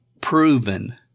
proven